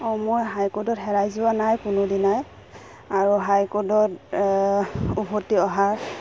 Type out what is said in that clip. অঁ মই হাই কোৰ্টত হেৰাই যোৱা নাই কোনোদিনাই আৰু হাই কোৰ্টত উভতি অহাৰ